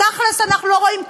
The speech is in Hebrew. תכל'ס אנחנו לא רואים כלום,